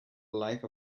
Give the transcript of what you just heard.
life